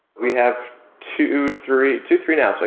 we have two, three, two, three now. so